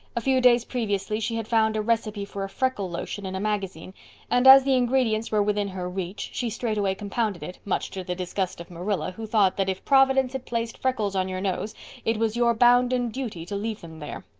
a few days previously she had found a recipe for a freckle lotion in a magazine and, as the ingredients were within her reach, she straightway compounded it, much to the disgust of marilla, who thought that if providence had placed freckles on your nose it was your bounden duty to leave them there.